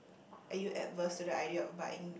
are you adverse to the idea of buying